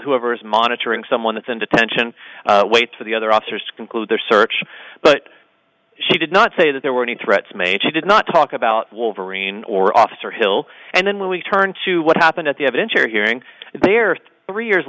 whoever's monitoring someone that's in detention waits for the other officers to conclude their search but she did not say that there were any threats made she did not talk about wolverine or officer hill and then we turn to what happened at the evidentiary hearing there three years